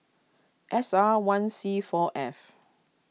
S R one C four F